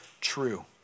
true